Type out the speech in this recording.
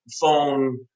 phone